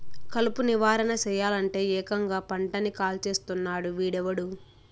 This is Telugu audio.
కలుపు నివారణ సెయ్యలంటే, ఏకంగా పంటని కాల్చేస్తున్నాడు వీడెవ్వడు